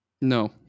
No